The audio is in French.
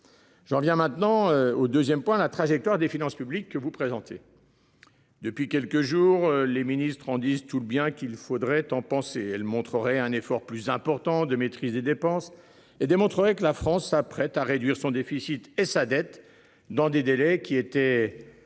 J'en viens maintenant au 2ème point la trajectoire des finances publiques que vous présentiez. Depuis quelques jours les ministres en disent tout le bien qu'il faudrait en penser elle montrerait un effort plus important de maîtrise des dépenses et des que la France s'apprête à réduire son déficit et sa dette dans des délais qui était